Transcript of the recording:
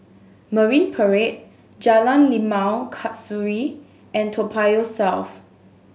Marine Parade Jalan Limau Kasturi and Toa Payoh South